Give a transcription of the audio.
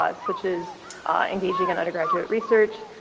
ah such as engaging in undergraduate research,